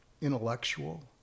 intellectual